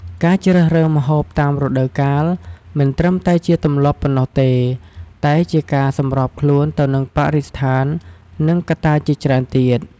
ការជ្រើសរើសម្ហូបតាមរដូវកាល មិនត្រឹមតែជាទម្លាប់ប៉ុណ្ណោះទេ តែជាការសម្របខ្លួនទៅនឹងបរិស្ថាន និងកត្តាជាច្រើនទៀត